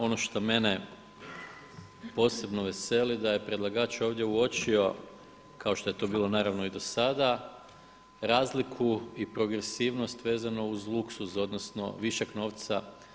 Ono što mene posebno veseli da je predlagač ovdje uočio kao što je to bilo naravno i do sada razliku i progresivnost vezano uz luksuz odnosno višak novca.